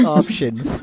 options